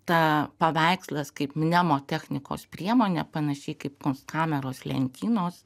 ta paveikslas kaip nemotechnikos priemonė panašiai kaip kunskameros lentynos